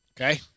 okay